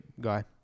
guy